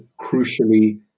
crucially